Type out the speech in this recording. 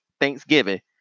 Thanksgiving